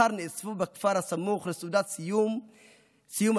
אחר נאספו בכפר הסמוך לסעודת סיום הצום,